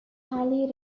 highly